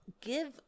give